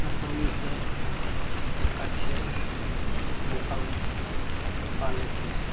असानी से एक अच्छे मुकाम पा लेते हैं